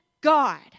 God